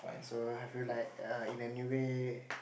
so have you like err in any way